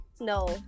no